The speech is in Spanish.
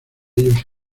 ellos